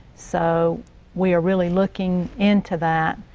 so we are really looking into that